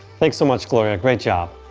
thanks so much, gloria. great job.